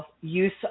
use